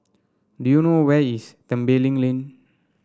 do you know where is Tembeling Lane